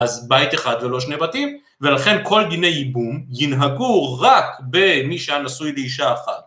אז בית אחד ולא שני בתים ולכן כל דיני איבום ינהגו רק במי שהיה נשוי לאישה אחת.